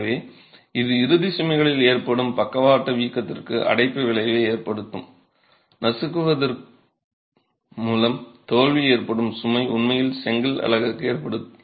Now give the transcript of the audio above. எனவே இது இறுதி சுமைகளில் ஏற்படும் பக்கவாட்டு வீக்கத்திற்கு அடைப்பு விளைவை ஏற்படுத்தும் நசுக்குவதன் மூலம் தோல்வி ஏற்படும் சுமை உண்மையில் செங்கல் அலகுக்கு ஏற்படுகிறது